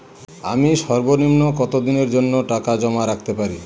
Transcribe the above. আমি সর্বনিম্ন কতদিনের জন্য টাকা জমা রাখতে পারি?